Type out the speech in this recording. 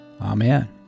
Amen